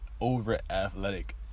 over-athletic